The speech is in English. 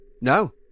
No